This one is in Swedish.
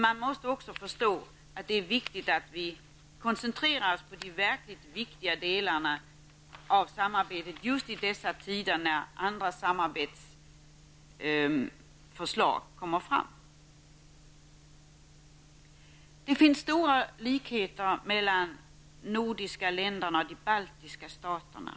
Man måste också förstå att det är väsentligt att vi koncentrerar oss på de verkligt viktiga delarna av samarbetet i dessa tider när andra samarbetsförslag kommer fram. Det finns stora likheter mellan de nordiska länderna och de baltiska staterna.